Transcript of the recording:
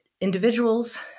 individuals